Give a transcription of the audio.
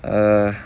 err